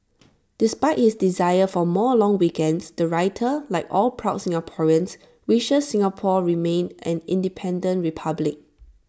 despite his desire for more long weekends the writer like all proud Singaporeans wishes Singapore remains an independent republic